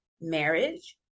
marriage